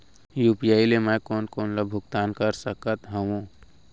UPI ले मैं कोन कोन ला भुगतान कर सकत हओं?